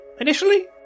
initially